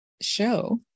show